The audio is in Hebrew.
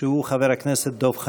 שהוא חבר הכנסת דב חנין.